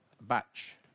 batch